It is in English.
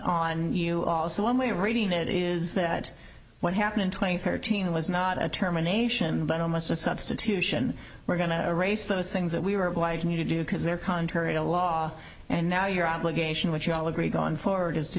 on you all so one way of reading it is that what happened in twenty four teen was not a term a nation but almost a substitution we're going to erase those things that we were obliged to do because they're contrary to law and now your obligation which you all agree gone forward is to